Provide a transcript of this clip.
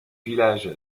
village